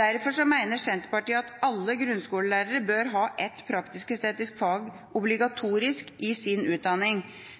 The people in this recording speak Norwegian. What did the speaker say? Derfor mener Senterpartiet at alle grunnskolelærere bør ha ett praktisk-estetisk fag obligatorisk i sin utdanning.